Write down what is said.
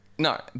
No